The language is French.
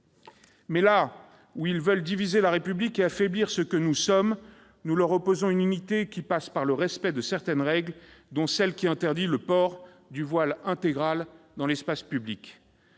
À ceux qui veulent diviser la République et affaiblir ce que nous sommes, nous opposons une unité qui passe par le respect de certaines règles, dont celle qui interdit le port du voile intégral dans l'espace public.